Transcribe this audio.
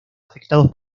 afectados